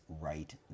right